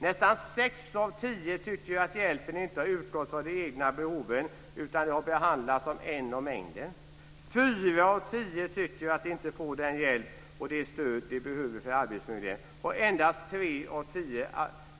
Nästan sex av tio tycker att hjälpen inte har utgått från de egna behoven, utan att de behandlats som en i mängden. Fyra av tio tycker att de inte får den hjälp och det stöd de behöver från arbetsförmedlingen. Endast tre av tio